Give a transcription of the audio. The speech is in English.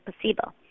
placebo